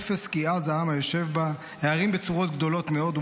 "אפס כי עז העם היֹּשב בה והערים בצֻרות גדֹלֹת מאד",